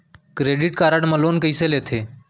Credit card मा loan कइसे लेथे?